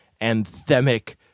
anthemic